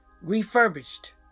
refurbished